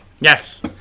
Yes